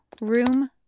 Room